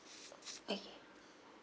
okay